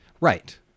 right